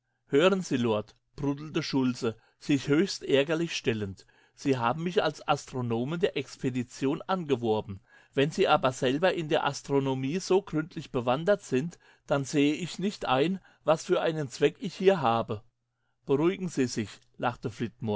hören sie lord bruddelte schultze sich höchst ärgerlich stellend sie haben mich als astronomen der expedition angeworben wenn sie aber selber in der astronomie so gründlich bewandert sind dann sehe ich nicht ein was für einen zweck ich hier habe beruhigen sie sich lachte